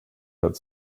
had